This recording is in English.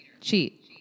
Cheat